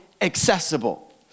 accessible